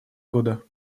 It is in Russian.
года